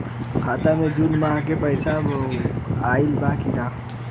खाता मे जून माह क पैसा आईल बा की ना?